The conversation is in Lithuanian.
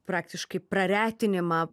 praktiškai praretinimą